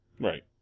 Right